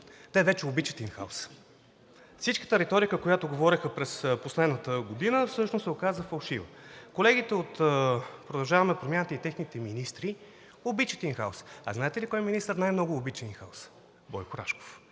те вече обичат ин хаус. Всичката риторика, която говореха през последната година, всъщност се оказа фалшива. Колегите от „Продължаваме Промяната“ и техните министри обичат ин хаус. А знаете ли кой министър най-много обича ин хаус? Бойко Рашков!